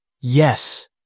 Yes